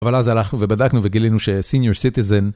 אבל אז הלכנו ובדקנו וגילינו שסיניור סיטיזן